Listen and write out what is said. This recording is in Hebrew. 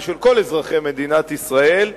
ושל כל אזרחי מדינת ישראל,